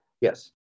Yes